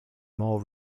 more